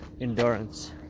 endurance